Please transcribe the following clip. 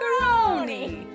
Macaroni